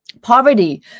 poverty